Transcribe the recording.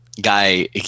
guy